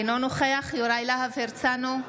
אינו נוכח יוראי להב הרצנו,